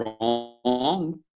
wrong